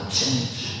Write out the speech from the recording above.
change